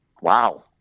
wow